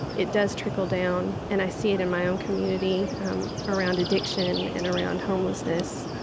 it does trickle down, and i see it in my own community um around addiction and around homelessness.